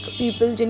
people